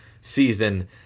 season